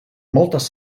moltes